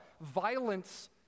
violence